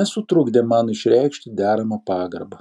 nesutrukdė man išreikšti deramą pagarbą